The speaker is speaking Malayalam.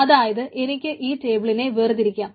അതായത് എനിക്ക് ഈ ടേബിളിനെ വേർതിരിക്കാം